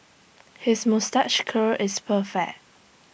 his moustache curl is perfect